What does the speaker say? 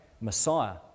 Messiah